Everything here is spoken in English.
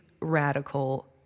radical